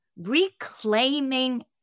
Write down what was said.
reclaiming